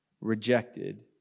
Rejected